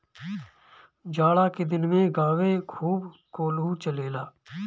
जाड़ा के दिन में गांवे खूब कोल्हू चलेला